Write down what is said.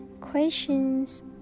questions